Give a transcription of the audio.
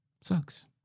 sucks